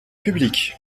public